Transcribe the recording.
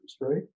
right